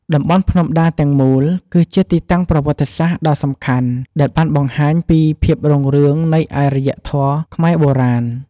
តំបន់ភ្នំដាទាំងមូល គឺជាទីតាំងប្រវត្តិសាស្ត្រដ៏សំខាន់ដែលបានបង្ហាញពីភាពរុងរឿងនៃអរិយធម៌ខ្មែរបុរាណ។